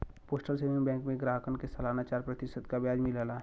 postal saving bank में ग्राहकन के सलाना चार प्रतिशत क ब्याज मिलला